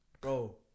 bro